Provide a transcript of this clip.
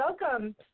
welcome